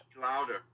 Louder